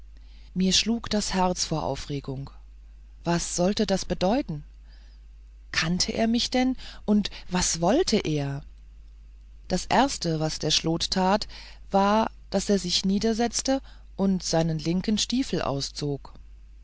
mir schlug das herz vor aufregung was sollte das bedeuten kannte er mich denn und was wollte er das erste was der schlot tat war daß er sich niedersetzte und seinen linken stiefel auszog